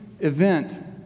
Event